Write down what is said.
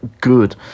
good